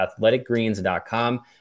athleticgreens.com